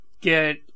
get